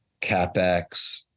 CapEx